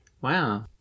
Wow